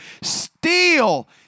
steal